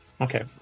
okay